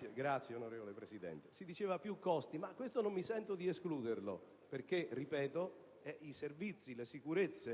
ringrazio, onorevole Presidente. Si parlava di maggiori costi: ebbene, questo non mi sento di escluderlo, perché - ripeto - i servizi, le sicurezze,